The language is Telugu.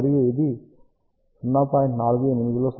48 లో సగం